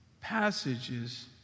passages